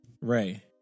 Ray